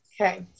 Okay